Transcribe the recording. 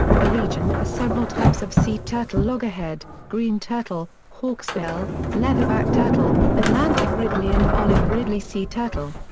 the region has several types of sea turtle loggerhead, green turtle, hawksbill, leatherback turtle, atlantic ridley and olive ridley sea turtle.